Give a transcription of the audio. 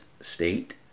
state